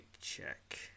check